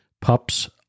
Pups